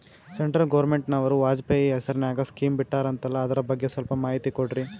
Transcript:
Central ಗವರ್ನಮೆಂಟನವರು ವಾಜಪೇಯಿ ಹೇಸಿರಿನಾಗ್ಯಾ scheme ಬಿಟ್ಟಾರಂತಲ್ಲ ಅದರ ಬಗ್ಗೆ ಸ್ವಲ್ಪ ಮಾಹಿತಿ ಕೊಡ್ರಿ?